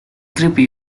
creepy